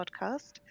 podcast